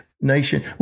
nation